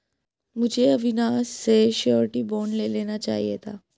मुझे अविनाश से surety bond ले लेना चाहिए था